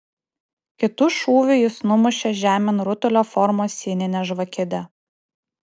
kitu šūviu jis numušė žemėn rutulio formos sieninę žvakidę